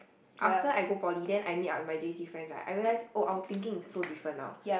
after I go poly then I meet our my j_c friends right I realize oh our thinking is so different now